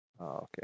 Okay